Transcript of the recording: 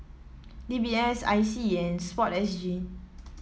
D B S I C and sport S G